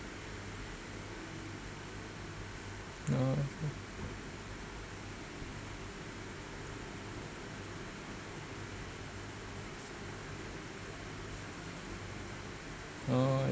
no ah I